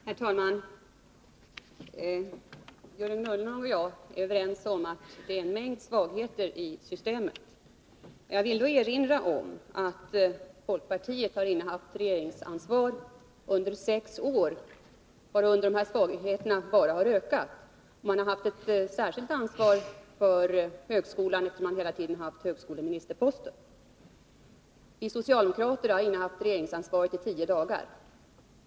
Herr talman! Jörgen Ullenhag och jag är överens om att det är en mängd svagheter i systemet. Jag vill då erinra om att folkpartiet har innehaft regeringsansvaret under sex år, varunder de här svagheterna bara har ökat. Folkpartiet har ett särskilt ansvar för högskolan, eftersom en folkpartist hela tiden innehaft högskoleministerposten. Vi socialdemokrater har innehaft regeringsansvaret i tio dagar.